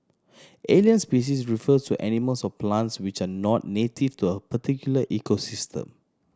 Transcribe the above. alien species refers to animals or plants which are not native to a particular ecosystem